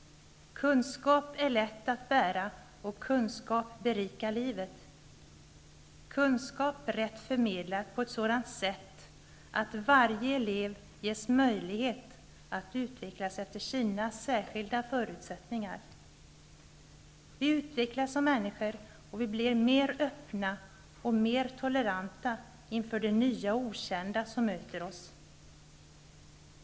Kunskap är lätt att bära, och kunskap berikar livet -- kunskap rätt förmedlad, på ett sådant sätt att varje elev ges möjlighet att utvecklas efter sina särskilda förutsättningar. Vi utvecklas som människor, och vi blir mer öppna och mer toleranta inför det nya och okända som möter oss.